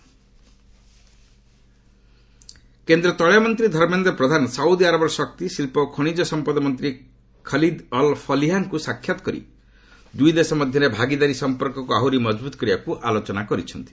Saudi India oil କେନ୍ଦ୍ର ତୈଳମନ୍ତ୍ରୀ Dharmendra Pradhan Saudi ଆରବର ଶକ୍ତି ଶିଳ୍ପ ଓ ଖଣିଜ ସମ୍ପଦ ମନ୍ତ୍ରୀ ଖଲିଦ ଅଲ୍ ଫଲିହାଙ୍କୁ ସାକ୍ଷାତ କରି ଦୁଇଦେଶ ମଧ୍ୟରେ ଭାଗୀଦାରୀ ସମ୍ପର୍କକୁ ଆହୁରି ମଜବୁତ କରିବାକୁ ଆଲୋଚନା କରିଛନ୍ତି